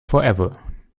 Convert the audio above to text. forever